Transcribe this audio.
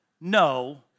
no